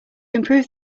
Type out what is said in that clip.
improve